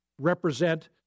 represent